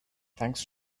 thanks